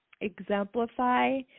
exemplify